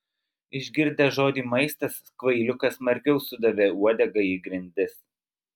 išgirdęs žodį maistas kvailiukas smarkiau sudavė uodega į grindis